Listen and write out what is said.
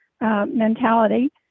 mentality